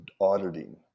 auditing